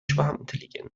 schwarmintelligenz